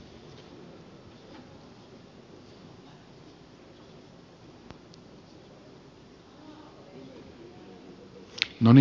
no niin uusi yritys